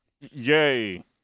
Yay